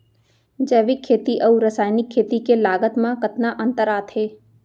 जैविक खेती अऊ रसायनिक खेती के लागत मा कतना अंतर आथे?